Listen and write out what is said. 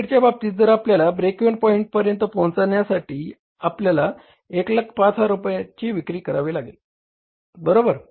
Ltd च्या बाबतीत आपल्याला ब्रेक इव्हन पॉईंट पर्यंत पोहचण्यासाठी 105000 रुपयांची विक्री करावी लागेल बरोबर